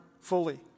fully